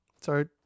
sorry